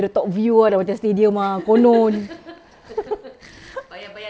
the top view ah sudah macam stadium ah konon